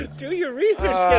do your research,